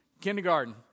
Kindergarten